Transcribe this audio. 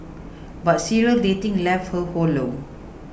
but serial dating left her hollow